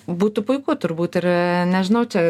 būtų puiku turbūt ir nežinau čia